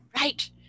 Right